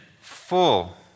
full